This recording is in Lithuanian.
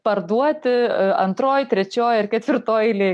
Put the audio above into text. parduoti antroj trečioj ar ketvirtoj eilėj